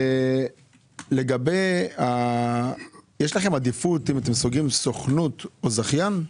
יש לכם עדיפות האם אתם סוגרים סניף או זכיין?